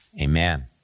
Amen